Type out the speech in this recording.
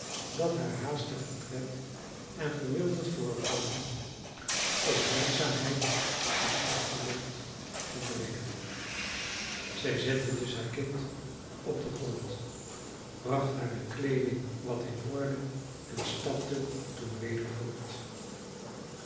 dat haar haastige tred en verwilderd voorkomen opmerkzaamheid en achterdocht konden wekken zij zette dus haar kind op den grond bracht hare kleeding wat in orde en stapte toen weder voort